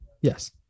yes